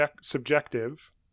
subjective